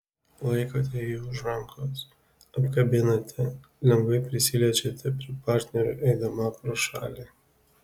laikote jį už rankos apkabinate lengvai prisiliečiate prie partnerio eidama pro šalį